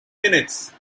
minutes